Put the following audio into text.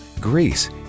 Greece